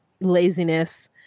laziness